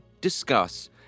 discuss